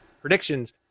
predictions